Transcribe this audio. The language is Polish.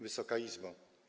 Wysoka Izbo!